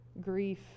grief